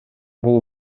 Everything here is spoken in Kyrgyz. бул